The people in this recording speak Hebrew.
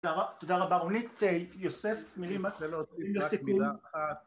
תודה, תודה רבה רונית. אה.. יוסף מילים.. מילים לסיכום. אם רק יורשה לי להוסיף רק מילה אחת